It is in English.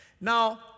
Now